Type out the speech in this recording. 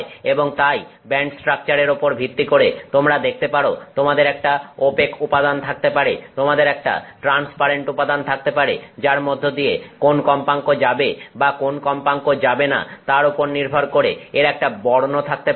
এবং তাই ব্যান্ড স্ট্রাকচারের ওপর ভিত্তি করে তোমরা দেখতে পারো তোমাদের একটা ওপেক উপাদান থাকতে পারে তোমাদের একটা ট্রান্সপারেন্ট উপাদান থাকতে পারে যার মধ্য দিয়ে কোন কম্পাঙ্ক যাবে বা কোন কম্পাঙ্ক যাবে না তার ওপর নির্ভর করে এর একটা বর্ণ থাকতে পারে